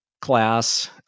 class